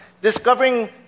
Discovering